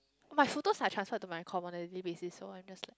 my photos are transfer to my commonality basis so I'm just